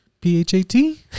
P-H-A-T